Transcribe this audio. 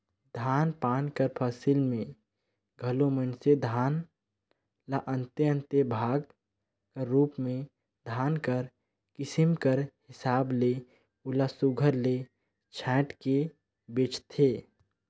धान पान कर फसिल में घलो मइनसे धान ल अन्ते अन्ते भाग कर रूप में धान कर किसिम कर हिसाब ले ओला सुग्घर ले छांएट के बेंचथें